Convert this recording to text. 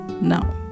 now